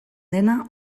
dena